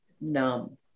numb